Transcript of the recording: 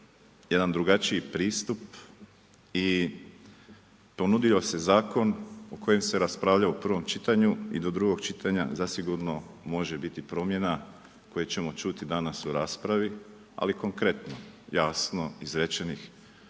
jedan drugačiji pristup i ponudio se zakon koji se raspravlja u prvom čitanju i do drugog čitanja, zasigurno može biti promjena, koje ćemo čuti danas u raspravi, ali konkretno, jasno izrečenih